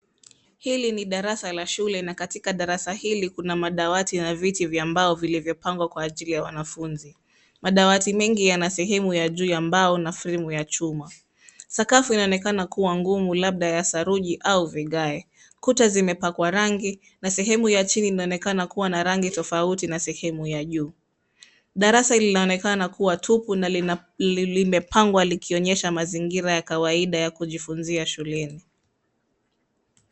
Hili ni darasa la shule, na katika darasa hili kuna madawati na viti vya mbao vilivyopangwa kwa ajili ya wanafunzi. Madawati mengi yana sehemu ya juu ya mbao na fremu ya chuma. Sakafu inaonekana kua ngumu, labda ya saruji au vigae. Kuta zimepakwa rangi, na sehemu ya chini inaonekana kua na rangi tofauti na sehemu ya juu. Darasa linaonekana kua tupu na limepangwa likionyesha mazingira ya kawaida ya kujifunzia shuleni.